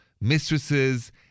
mistresses